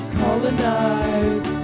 colonize